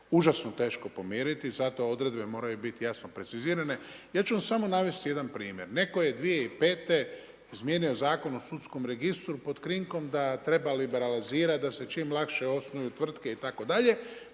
užasno teško pomiriti i zato odredbe moraju biti jasno precizirane. Ja ću vam samo navesti jedan primjer. Netko je 2005. izmijenio Zakon o sudskom registru, pod krinkom da treba libarealizirati da se čim lakše osnuju tvrtke itd., pa je